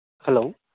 hello